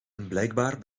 blijkbaar